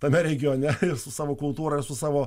tame regione su savo kultūra su savo